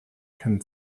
can